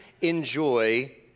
enjoy